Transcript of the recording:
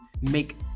Make